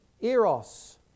Eros